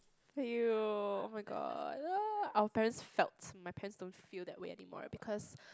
feel oh-my-god !ah! our parents felt my parents don't feel that way anymore because